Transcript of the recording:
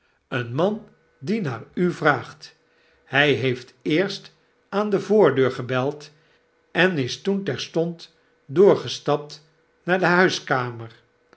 een man die naar u vraagt hy heeft eerst aan de voordeur gebeld en is toen terstond doorgestapt naar de huiskamer